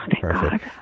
Perfect